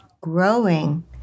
growing